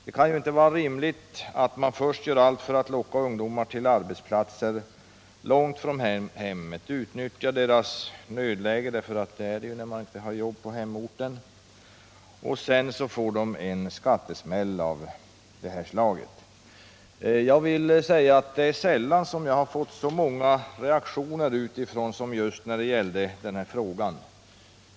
Det kan inte vara rimligt att man först gör allt för att locka ungdomarna till arbetsplatser långt ifrån hemmen, och utnyttjar deras nödläge — för ett sådant är det ju fråga om när man inte har jobb på hemorten — och sedan ger dem en skattesmäll av det här slaget. Det är sällan jag fått så många reaktioner utifrån som just i denna fråga.